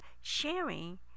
sharing